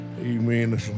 Amen